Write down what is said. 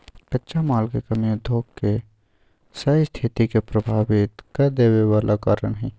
कच्चा माल के कमी उद्योग के सस्थिति के प्रभावित कदेवे बला कारण हई